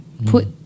Put